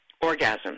orgasm